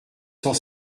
cent